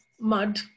mud